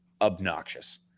obnoxious